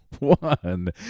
one